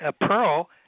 pearl